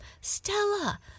Stella